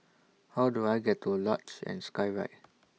How Do I get to Luge and Skyride